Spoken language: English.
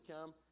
come